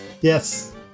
Yes